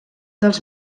dels